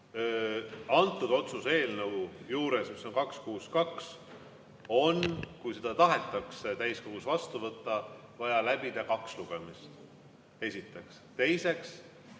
Selle otsuse eelnõu puhul, mis on 262 – kui seda tahetakse täiskogus vastu võtta, on vaja läbida kaks lugemist. Esiteks. Teiseks,